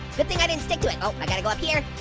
good thing i didn't stick to it. oh and i gotta go up here.